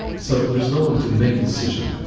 so there's no one to make a decision.